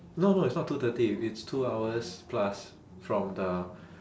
no no it's not two thirty it's two hours plus from the